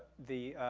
the,